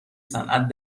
صنعت